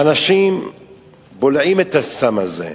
ואנשים בולעים את הסם הזה.